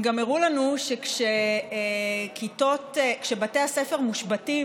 הם גם הראו לנו שכשבתי הספר מושבתים,